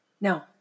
No